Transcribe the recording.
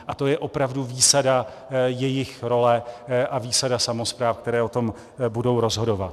A to je opravdu výsada jejich role a výsada samospráv, které o tom budou rozhodovat.